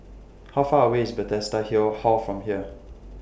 How Far away IS Bethesda Hill Hall from here